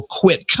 quit